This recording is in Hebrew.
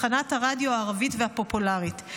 תחנת הרדיו הערבית הפופולרית.